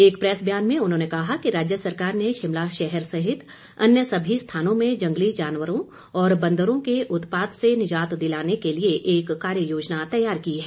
एक प्रैस बयान में उन्होंने कहा है कि राज्य सरकार ने शिमला शहर सहित अन्य सभी स्थानों में जंगली जानवरों और बंदरों के उत्पात से निजात दिलाने के लिए एक कार्य योजना तैयार की है